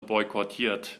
boykottiert